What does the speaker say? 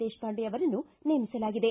ದೇಶಪಾಂಡೆ ಅವರನ್ನು ನೇಮಿಸಲಾಗಿದೆ